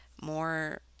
more